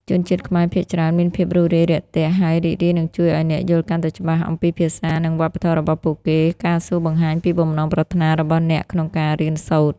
ជនជាតិខ្មែរភាគច្រើនមានភាពរួសរាយរាក់ទាក់ ហើយរីករាយនឹងជួយអ្នកឱ្យយល់កាន់តែច្បាស់អំពីភាសា និងវប្បធម៌របស់ពួកគេ ការសួរបង្ហាញពីបំណងប្រាថ្នារបស់អ្នកក្នុងការរៀនសូត្រ។